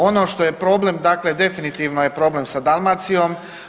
Ono što je problem, dakle definitivno je problem sa Dalmacijom.